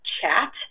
Chat